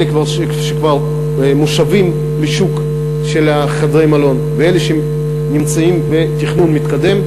אלה שכבר מושבים לשוק של חדרי המלון ואלה שנמצאים בתכנון מתקדם,